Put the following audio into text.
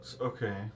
Okay